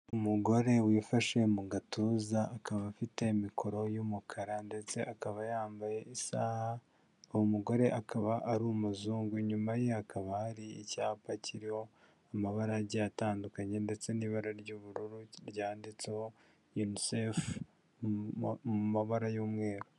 Umugore wifashe mu gatuza, akaba afite mikoro y'umukara ndetse akaba yambaye isaha, uwo mugore akaba ari umuzungu. Inyuma ye hakaba hari icyapa kiriho amabara agiye atandukanye ndetse n'ibara ry'ubururu ryanditseho Unicef mu mabara y'umweru.